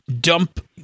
dump